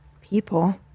people